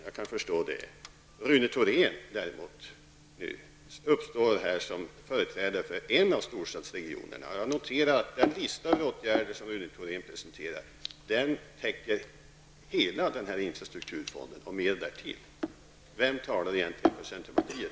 Rune Thorén uppträder däremot som företrädare för en av storstadsregionerna. Jag noterar att den lista på åtgärder som Rune Thorén presenterade täcker hela infrastrukturfonden och mer därtill. Vem av er är det egentligen som talar för centerpartiet?